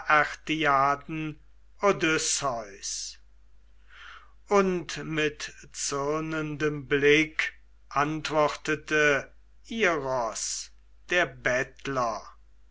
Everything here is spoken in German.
odysseus und mit zürnendem blick antwortete iros der bettler